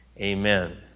Amen